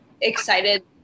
excited